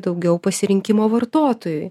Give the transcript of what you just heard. daugiau pasirinkimo vartotojui